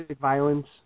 violence